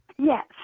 Yes